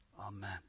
Amen